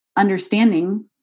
understanding